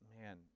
man